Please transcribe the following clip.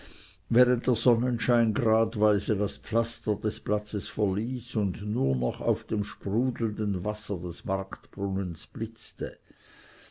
während der sonnenschein gradweise das pflaster des platzes verließ und nur noch auf dem sprudelnden wasser des marktbrunnens